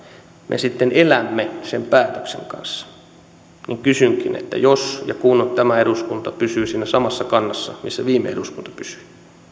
me sitten elämme sen päätöksen kanssa niin kysynkin että jos ja kun tämä eduskunta pysyy siinä samassa kannassa missä viime eduskunta pysyi